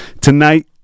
Tonight